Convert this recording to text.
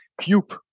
cube